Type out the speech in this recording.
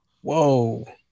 whoa